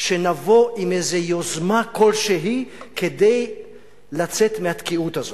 שנבוא עם יוזמה כלשהי, כדי לצאת מהתקיעות הזאת.